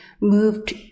moved